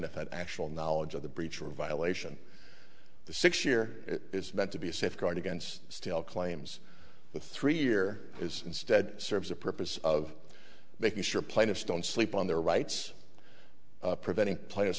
had actual knowledge of the breach or a violation the six year is meant to be a safeguard against still claims the three year is instead serves a purpose of making sure plaintiffs don't sleep on their rights preventing players